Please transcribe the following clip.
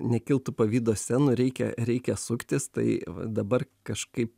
nekiltų pavydo scenų reikia reikia suktis tai dabar kažkaip